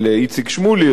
של איציק שמולי,